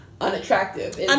unattractive